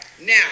Now